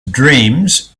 dreams